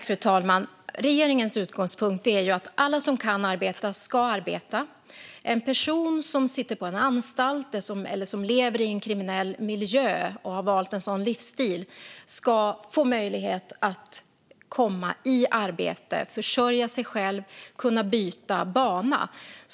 Fru talman! Regeringens utgångspunkt är att alla som kan arbeta ska arbeta. En person som sitter på en anstalt eller som lever i en kriminell miljö och har valt en sådan livsstil ska få möjlighet att komma i arbete, försörja sig själv och kunna byta bana. Fru talman!